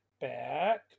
back